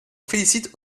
félicite